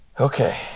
Okay